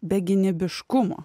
be gynybiškumo